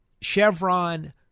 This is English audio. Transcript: Chevron